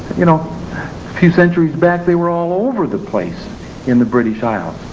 you know few centuries back they were all over the place in the british isles,